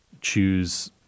choose